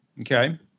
Okay